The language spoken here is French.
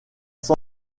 san